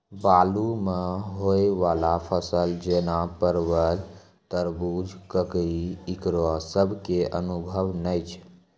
बालू मे होय वाला फसल जैना परबल, तरबूज, ककड़ी ईकरो सब के अनुभव नेय छै?